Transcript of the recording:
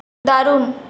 দারুন